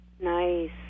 Nice